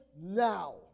now